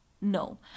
No